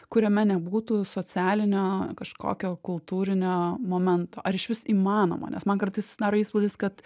kuriame nebūtų socialinio kažkokio kultūrinio momento ar išvis įmanoma nes man kartais susidaro įspūdis kad